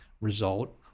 result